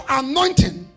anointing